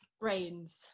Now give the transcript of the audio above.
Brains